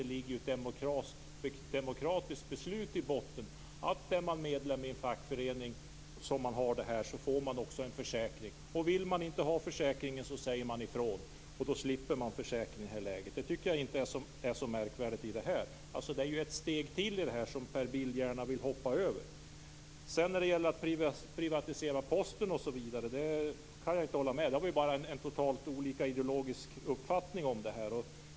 Det ligger ju ett demokratiskt beslut i botten: Är man medlem i en fackförening som har detta får man också en försäkring. Vill man inte ha försäkringen säger man ifrån, och då slipper man den. Det tycker jag inte är så märkvärdigt. Det är ju ett steg till i det här som Per Bill gärna hoppar över. När det sedan gäller att privatisera Posten osv. kan jag inte hålla med. Där har vi totalt olika ideologisk uppfattning.